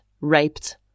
raped